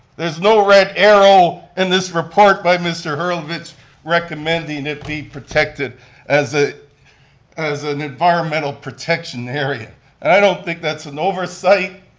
there's no red arrow in this report by mr. herlovitch recommending it be protected as ah as an environmental protection area, and i don't think that's an oversight.